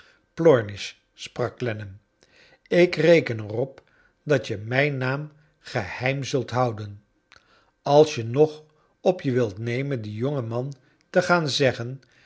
plornish sprak clennam ik reken er op dat je mijn naam geheim zult houden als je nog op je wilt nemen dien jongen man te gaan zeggen